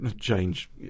change